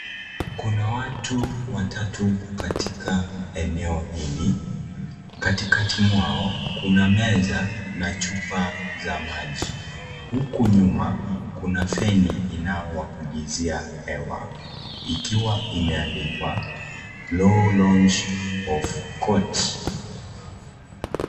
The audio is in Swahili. Kuna watu watatu katika eneo hili ,katikati mwao kuna meza na chupa za maji ,huku nyuma kuna feni inayowapulizia hewa ikiwa imeandikwa law launch of courts .